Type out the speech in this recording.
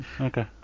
Okay